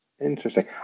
Interesting